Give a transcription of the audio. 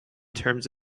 terms